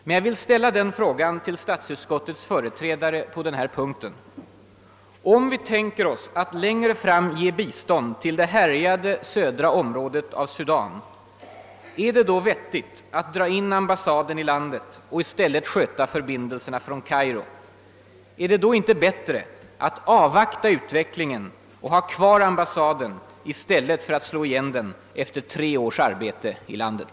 Men jag vill ställa den frågan till statsutskottets företrädare på den här punkten: Om vi tänker oss att längre fram ge bistånd till det härjade södra området av Sudan — är det då vettigt att dra in ambassaden i landet och i stället sköta förbindelserna från Kairo? Är det då inte bättre att avvakta utvecklingen och ha kvar ambassaden i stället för att slå igen den efter tre års arbete i landet?